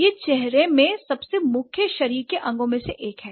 यह चेहरे में सबसे मुख्य शरीर के अंगों में से एक है